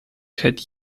had